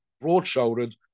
broad-shouldered